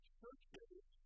churches